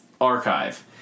Archive